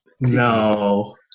No